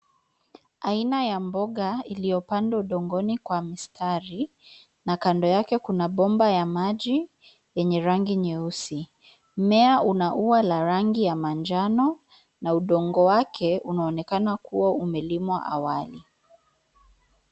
Aina ya mboga, iliyopandwa udongoni kwa mistari na kando yake kuna bomba ya maji yenye rangi nyeusi. Mmea una ua la rangi ya manjano, na udongo wake unaonekana kuwa umelimwa awali.